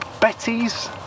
Betty's